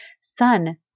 Son